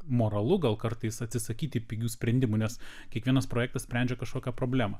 moralu gal kartais atsisakyti pigių sprendimų nes kiekvienas projektas sprendžia kažkokią problemą